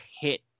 hit